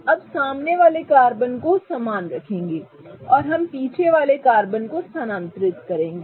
हम सामने वाले कार्बन को समान रखेंगे और हम पीछे वाले कार्बन को स्थानांतरित करेंगे